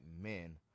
men